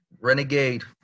Renegade